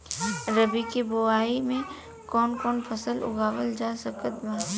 रबी के बोआई मे कौन कौन फसल उगावल जा सकत बा?